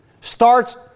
starts